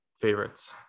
favorites